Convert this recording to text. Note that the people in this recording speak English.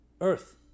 earth